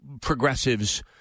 progressives